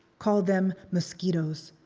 call them mosquitoes.